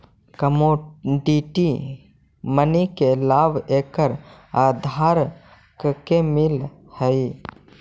commodity money के लाभ एकर धारक के मिलऽ हई